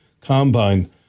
Combine